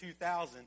2000